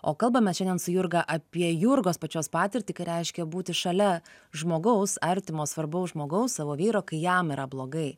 o kalbame šiandien su jurga apie jurgos pačios patirtį ką reiškia būti šalia žmogaus artimo svarbaus žmogaus savo vyro kai jam yra blogai